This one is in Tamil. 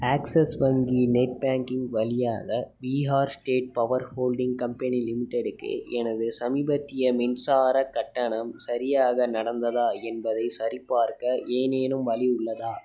ஆக்சிஸ் வங்கியின் நெட் பேங்கிங் வழியாக Bihar state power holding company லிமிடெட்டுக்கு எனது சமீபத்திய மின்சாரக் கட்டணம் சரியாக நடந்ததா என்பதைச் சரிப்பார்க்க ஏதேனும் வழி உள்ளதா